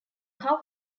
cow